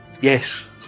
Yes